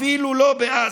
אפילו לא בעזה".